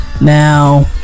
now